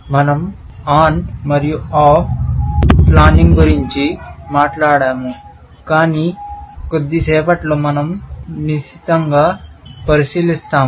మన০ ఆన్ మరియు off planning గురించి మాట్లాడాము కాని కొద్దిసేపట్లో మనం నిశితంగా పరిశీలిస్తాము